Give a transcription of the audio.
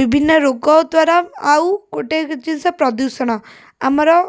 ବିଭିନ୍ନ ରୋଗ ଦ୍ୱାରା ଆଉ ଗୋଟେ ଜିନିଷ ପ୍ରଦୂଷଣ ଆମର